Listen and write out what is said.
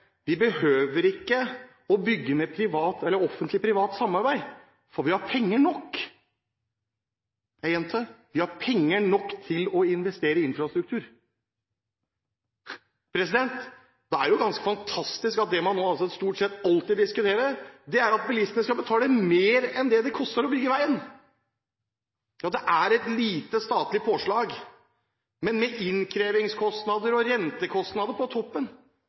Vi behøver ikke bygge med Offentlig Privat Samarbeid, for vi har penger nok. Jeg gjentar: Vi har penger nok til å investere i infrastruktur. Det er jo ganske fantastisk at det man stort sett alltid diskuterer, er at bilistene skal betale mer enn det det koster å bygge veien – ja, det er et lite statlig påslag, men med innkrevingskostnader og rentekostnader på toppen